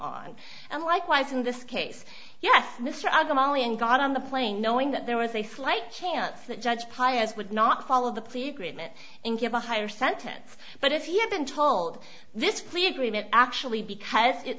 on and likewise in this case yes mr adamantly and got on the plane knowing that there was a slight chance that judge pires would not follow the plea agreement and give a higher sentence but if he had been told this plea agreement actually because it